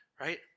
right